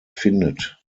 findet